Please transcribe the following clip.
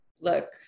look